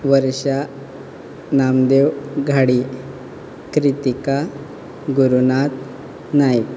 Varsha Namdev Ghadi Kritika Gurunath Naik